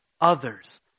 others